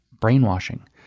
brainwashing